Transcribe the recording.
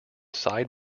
side